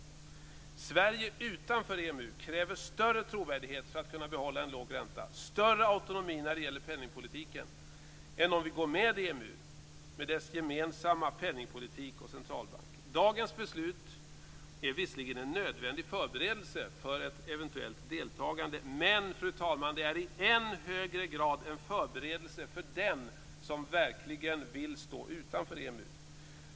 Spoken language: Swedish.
Sverige utanför EMU kräver större trovärdighet för att kunna behålla en låg ränta och större autonomi när det gäller penningpolitiken än om vi går med i Dagens beslut är visserligen en nödvändig förberedelse för ett eventuellt deltagande. Men det är i än högre grad en förberedelse för den som verkligen vill stå utanför EMU.